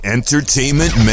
Entertainment